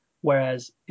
whereas